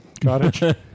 cottage